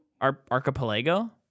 Archipelago